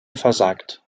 versagt